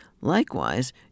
Likewise